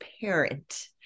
parent